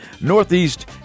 Northeast